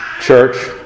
church